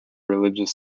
religious